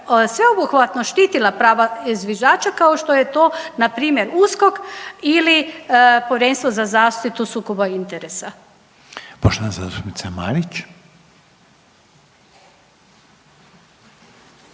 sveobuhvatno štitila prava zviždača kao što je to na primjer USKOK ili Povjerenstvo za zaštitu sukoba interesa. **Reiner,